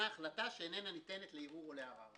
החלטה שאיננה ניתנת לערעור או לערר".